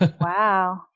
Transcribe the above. Wow